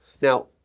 Now